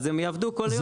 אז הם יעבדו כל יום.